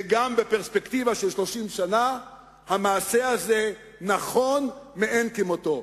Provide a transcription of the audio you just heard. וגם בפרספקטיבה של 30 שנה המעשה הזה נכון מאין כמותו.